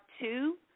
two